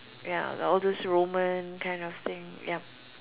ya like all those Roman kind of thing yup